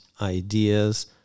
ideas